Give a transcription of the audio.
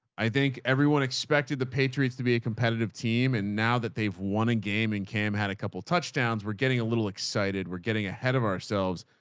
i think everyone expected the patriots to be a competitive team. and now that they've won a game and cam had a couple of touchdowns, we're getting a little excited. we're getting ahead of ourselves.